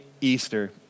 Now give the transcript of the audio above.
Easter